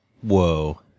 Whoa